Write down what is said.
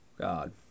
God